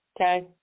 Okay